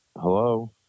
Hello